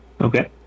Okay